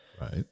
Right